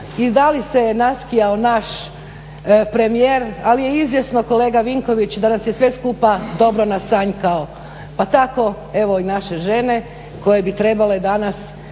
i da li se je naskijao naš premijer, ali je izvjesno kolega Vinković da nas je sve skupa dobro nasanjkao, pa tako evo i naše žene koje bi trebale danas